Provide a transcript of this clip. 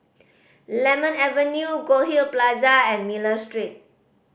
Lemon Avenue Goldhill Plaza and Miller Street